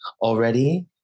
already